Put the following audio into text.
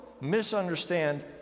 misunderstand